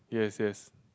yes yes